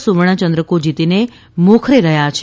સુવર્ણ ચંદ્રકો જીતીને મોખરે રહ્યા છે